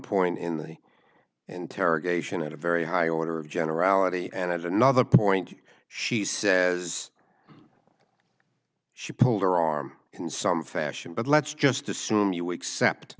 point in the interrogation at a very high order of generality and another point she says she pulled her arm in some fashion but let's just assume you accept